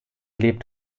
lebt